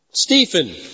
Stephen